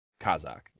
Kazakh